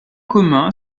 commun